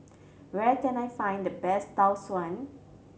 where can I find the best Tau Suan